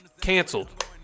canceled